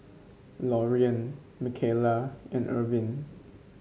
Loriann Micaela and Irvine